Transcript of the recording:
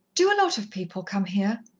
do a lot of people come here?